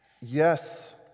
Yes